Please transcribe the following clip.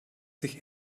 sich